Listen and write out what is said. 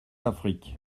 affrique